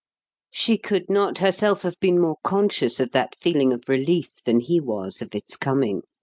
she could not herself have been more conscious of that feeling of relief than he was of its coming.